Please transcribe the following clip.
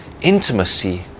intimacy